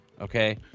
Okay